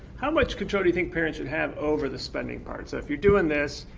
how much control do you think parents should have over the spending part? so if you're doing this,